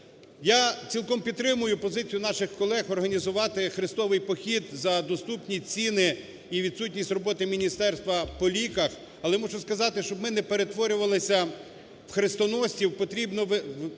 Я цілком підтримую позицію наших колег організувати "христовий похід" за доступні ціни і відсутність роботи міністерства по ліках. Але мушу сказати, щоб ми не перетворювалися в хрестоносців, потрібно боротися